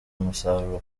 umusaruro